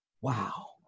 Wow